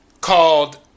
called